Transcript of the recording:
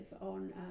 on